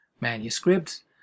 manuscripts